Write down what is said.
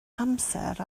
amser